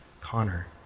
Connor